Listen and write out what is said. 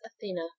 Athena